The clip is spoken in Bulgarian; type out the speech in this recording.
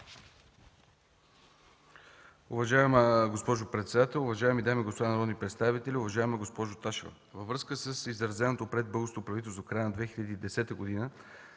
Уважаема госпожо председател, уважаеми дами и господа народни представители! Уважаема госпожо Ташева, във връзка с изразеното пред българското правителство в края на 2010 г.